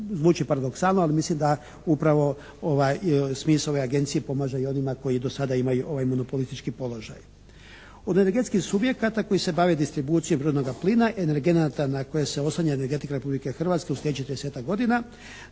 Zvuči paradoksalno ali mislim da upravo smisao ove Agencije pomaže i onima koji do sada imaju ovaj monopolistički položaj. Od energetskih subjekata koji se bave distribucijom prirodnoga plina, energenata na koje se oslanja energetika Republike Hrvatske u slijedećih četrdesetak